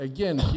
Again